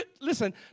listen